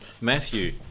Matthew